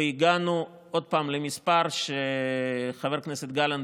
והגענו עוד פעם למספר שחבר הכנסת גלנט